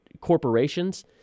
corporations